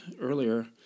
earlier